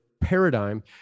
paradigm